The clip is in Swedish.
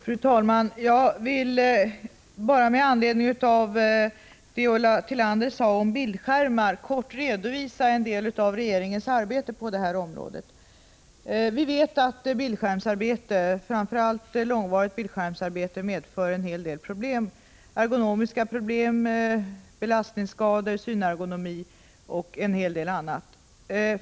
Fru talman! Jag vill med anledning av vad Ulla Tillander sade om bildskärmar kort redovisa en del av regeringens arbete på detta område. Vi vet att bildskärmsarbete, framför allt långvarigt sådant, medför en hel del ergonomiska problem — belastningsskador, synrubbningar och annat.